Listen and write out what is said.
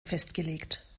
festgelegt